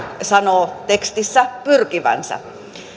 sanoo tekstissä pyrkivänsä